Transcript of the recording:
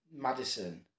Madison